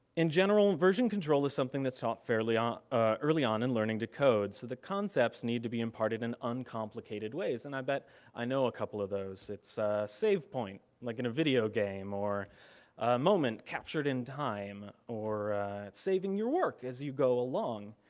in general and version control is something that's taught fairly um early on in learning to code. so, the concepts need to be imparted in uncomplicated ways and i bet i know a couple of those. it's a safe point, like in a video game or a moment captured in time or saving your work as you go along.